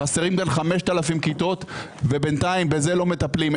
חסרות כאן 5,000 כיתות ובינתיים בזה לא מטפלים.